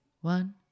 one